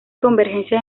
convergencia